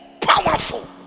powerful